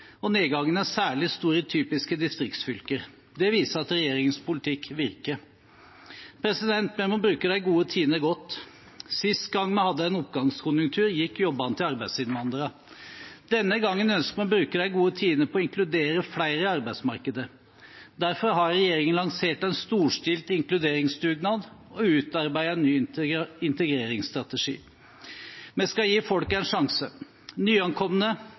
og nedgangen er særlig stor i typiske distriktsfylker. Det viser at regjeringens politikk virker. Vi må bruke de gode tidene godt. Sist gang vi hadde en oppgangskonjunktur, gikk jobbene til arbeidsinnvandrere. Denne gangen ønsker vi å bruke de gode tidene på å inkludere flere i arbeidsmarkedet. Derfor har regjeringen lansert en storstilt inkluderingsdugnad og utarbeidet en ny integreringsstrategi. Vi skal gi folk en sjanse: nyankomne,